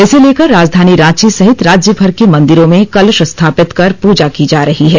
इसे लेकर राजधानी रांची सहित राज्यमर के मंदिरों में कलश स्थापित कर पुजा की जा रही है